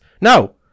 No